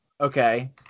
Okay